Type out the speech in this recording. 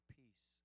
peace